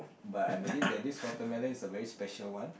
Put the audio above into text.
but I believe that this watermelon is a very special one